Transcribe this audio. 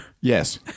yes